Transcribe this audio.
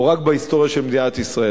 או רק בהיסטוריה של מדינת ישראל,